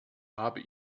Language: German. habe